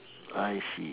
I see